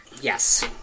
Yes